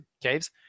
caves